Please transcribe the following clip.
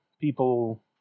people